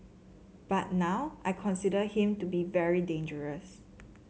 but now I consider him to be very dangerous